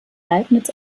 leibniz